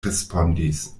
respondis